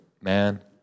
man